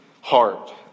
heart